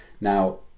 Now